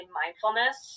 mindfulness